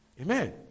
Amen